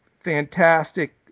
fantastic